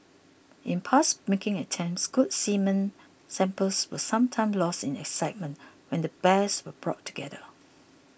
in past mating attempts good semen samples were sometimes lost in excitement when the bears were brought together